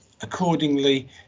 accordingly